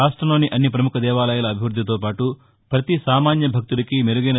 రాష్ట్రంలోని అన్ని ప్రముఖ దేవాలయాల అభివృద్ధితో పాటు పతి సామాన్య భక్తుదికి మెరుగైన ని